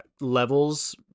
levels